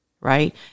right